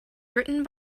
written